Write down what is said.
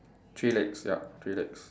three legs yup three legs